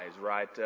right